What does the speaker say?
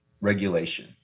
regulation